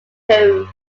pooh